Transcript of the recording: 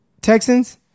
Texans